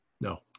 No